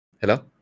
Hello